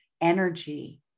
energy